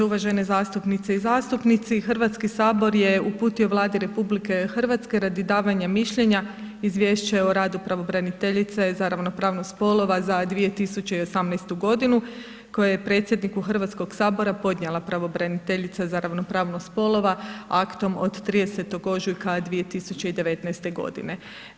Uvažene zastupnice i zastupnici, Hrvatski sabor je uputio Vladi RH radi davanja mišljenja izvješće o radu pravobraniteljice za ravnopravnost spolova za 2018. godinu koje je predsjedniku Hrvatskog sabora podnijela pravobraniteljica za ravnopravnost spolova aktom od 30. ožujka 2019. godine.